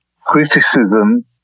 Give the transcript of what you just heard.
criticism